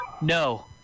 No